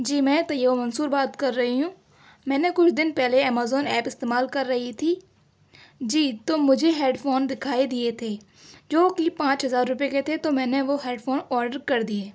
جی میں طیبہ منصور بات کر رہی ہوں میں نے کچھ دن پہلے امیزان ایپ استعمال کر رہی تھی جی تو مجھے ہیڈ فون دکھائی دیے تھے جوکہ پانچ ہزار روپئے کے تھے تو میں نے وہ ہیڈ فون آڈر کر دیے